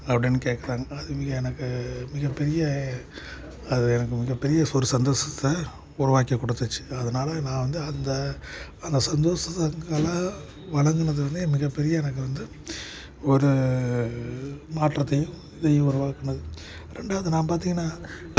அப்படினு கேட்குறாங்க அதுக்கு எனக்கு அது எனக்கு மிகப் பெரிய ஒரு சந்தோஷத்த உருவாக்கி கொடுத்துச்சு அதனால நான் வந்து அந்த அந்த சந்தோஷங்கள வழங்குனது வந்து மிகப்பெரிய எனக்கு வந்து ஒரு மாற்றத்தையும் இதையும் உருவாக்கினது ரெண்டாவது நான் பார்த்தீங்கனா